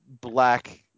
black